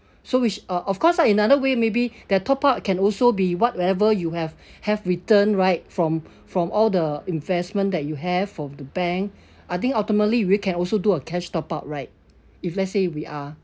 so which uh of course ah in other way maybe the top-up can also be what wherever you have have returned right from from all the investment that you have of the bank I think ultimately we can also do a cash top-up right if let's say we are